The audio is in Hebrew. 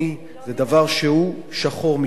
זה דבר שהוא שחור משחור.